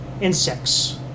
insects